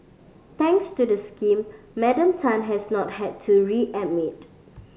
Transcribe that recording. thanks to the scheme Madam Tan has not had to be readmitted